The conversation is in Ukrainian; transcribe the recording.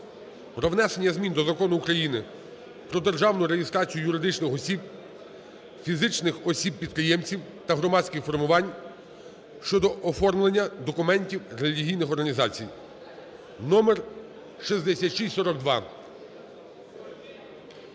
про внесення змін до Закону України "Про державну реєстрацію юридичних осіб, фізичних осіб-підприємців та громадських формувань" (щодо оформлення документів релігійних організацій) (номер 6642).